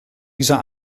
dieser